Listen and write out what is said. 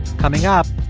coming up,